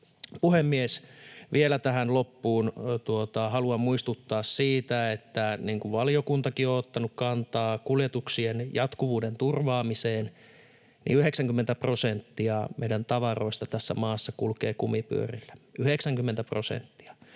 Puhemies! Vielä tähän loppuun haluan muistuttaa siitä, kun valiokuntakin on ottanut kantaa kuljetuksien jatkuvuuden turvaamiseen, että 90 prosenttia meidän tavaroista tässä maassa kulkee kumipyörillä — 90 prosenttia